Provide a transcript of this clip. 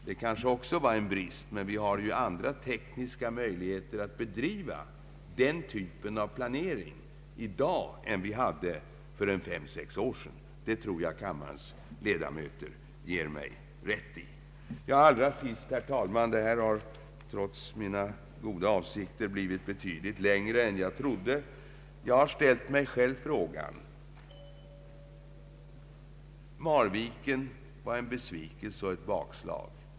Det kanske också var en brist, men vi har ju i dag helt andra tekniska möjligheter att bedriva den typen av planering än vi hade för fem—sex år sedan — det tror jag att kammarens ledamöter ger mig rätt i. Mitt anförande har, herr talman, trots mina goda avsikter blivit betydligt läng re än jag hade tänkt. Jag vill sluta med att säga följande: Marviken var en besvikelse och ett bakslag.